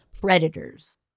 predators